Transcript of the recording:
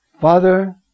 Father